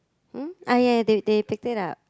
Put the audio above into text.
um oh ya they they take it out